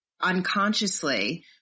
unconsciously